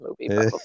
movie